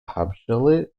habitually